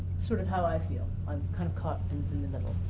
sort of how i feel. i'm kind of caught in the middle,